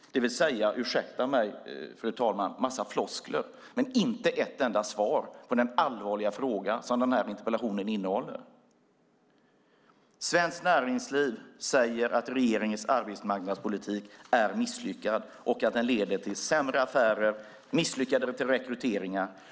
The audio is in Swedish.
Ursäkta mig, fru talman, men detta är en massa floskler och inte ett enda svar på den allvarliga fråga som interpellationen innehåller. Svenskt Näringsliv säger att regeringens arbetsmarknadspolitik är misslyckad och att den leder till sämre affärer och misslyckade rekryteringar.